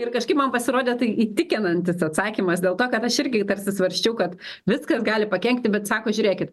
ir kažkaip man pasirodė tai įtikinantis atsakymas dėl to kad aš irgi tarsi svarsčiau kad viskas gali pakenkti bet sako žiūrėkit